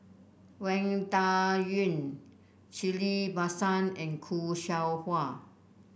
Wang Dayuan Ghillie Basan and Khoo Seow Hwa